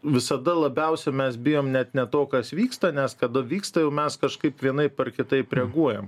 visada labiausia mes bijom net ne to kas vyksta nes kada vyksta jau mes kažkaip vienaip ar kitaip reaguojam